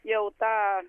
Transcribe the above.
jau tą